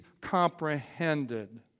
comprehended